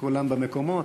כולם במקומות?